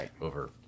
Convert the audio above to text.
over